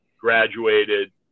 graduated